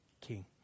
king